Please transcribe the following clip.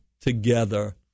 together